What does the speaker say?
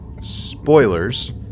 spoilers